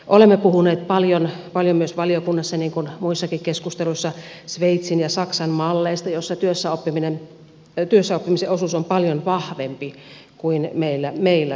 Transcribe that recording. olemme myös puhuneet paljon valiokunnassa niin kuin muissakin keskusteluissa sveitsin ja saksan malleista joissa työssäoppimisen osuus on paljon vahvempi kuin meillä suomessa